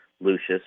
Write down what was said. Lucius